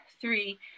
three